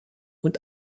und